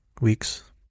weeks